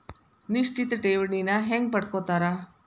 ನಿಶ್ಚಿತ್ ಠೇವಣಿನ ಹೆಂಗ ಪಡ್ಕೋತಾರ